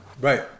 right